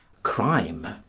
crime,